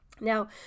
Now